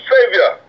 Savior